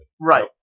Right